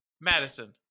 Madison